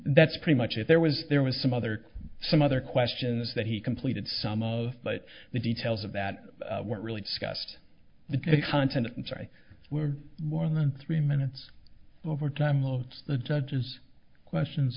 that's pretty much it there was there was some other some other questions that he completed some of but the details of that weren't really discussed the content and sorry we're more than three minutes over time of the judge's questions